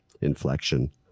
inflection